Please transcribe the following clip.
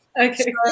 Okay